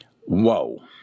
Whoa